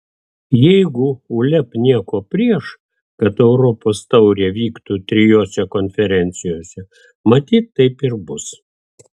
jeigu uleb nieko prieš kad europos taurė vyktų trijose konferencijose matyt taip ir bus